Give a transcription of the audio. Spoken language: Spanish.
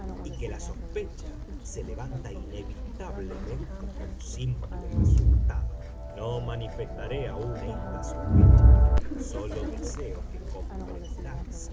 y que la sospecha se levanta inevitablemente como simple resultado no manifestaré aún esta sospecha sólo deseo que comprendáis